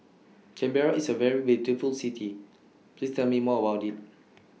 Canberra IS A very beautiful City Please Tell Me More about IT